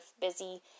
busy